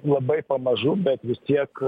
labai pamažu bet vis tiek